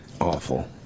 Awful